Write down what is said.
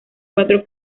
cuatro